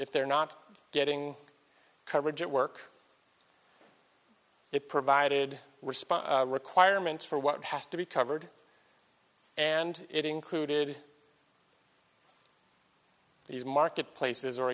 if they're not getting coverage at work it provided response requirements for what has to be covered and it included these marketplaces or